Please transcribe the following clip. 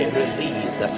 release